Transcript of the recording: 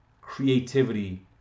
Creativity